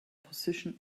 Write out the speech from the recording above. position